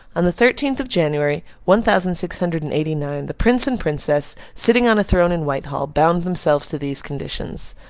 on the thirteenth of january, one thousand six hundred and eighty-nine, the prince and princess, sitting on a throne in whitehall, bound themselves to these conditions.